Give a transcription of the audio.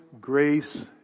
grace